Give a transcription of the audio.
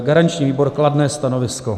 Garanční výbor: kladné stanovisko.